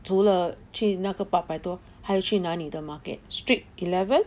除了去那个八百多还有去那里的 market street eleven